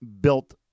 built